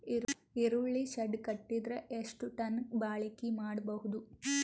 ಈರುಳ್ಳಿ ಶೆಡ್ ಕಟ್ಟಿದರ ಎಷ್ಟು ಟನ್ ಬಾಳಿಕೆ ಮಾಡಬಹುದು?